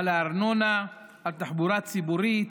הארנונה, על תחבורה ציבורית,